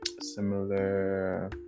similar